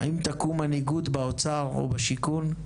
האם תקום מנהיגות באוצר או בשיכון?